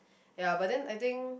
ya but then I think